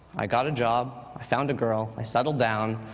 i got a job, i found a girl, i settled down